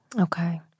Okay